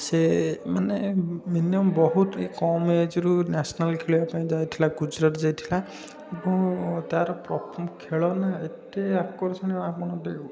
ସେ ମାନେ ମିନିମମ୍ ବହୁତ କମ୍ ଏଜ୍ରୁ ନେସେନାଲ୍ ଖେଳିବାକୁ ପାଇ ଯାଇଥିଲା ଗୁଜୁରାଟ ଯାଇଥିଲା ମୁଁ ତା'ର ଖେଳ ନା ଏତେ ଆପଣ